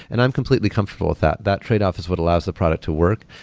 and i'm completely comfortable with that. that tradeoff is what allows the product to work,